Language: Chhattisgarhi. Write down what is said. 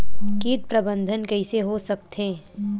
कीट प्रबंधन कइसे हो सकथे?